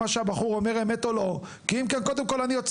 מה שאני אמרתי לטענה של קודמתה,